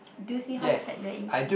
do you see how sad that is